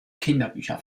kinderbücher